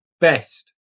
best